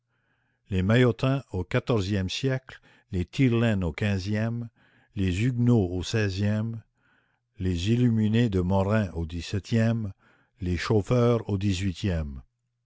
les maillotins au quatorzième siècle les tire laine au quinzième les huguenots au seizième les illuminés de morin au dix-septième les chauffeurs au dix-huitième